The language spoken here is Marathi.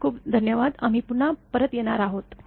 खूप खूप धन्यवाद आम्ही पुन्हा परत येणार आहोत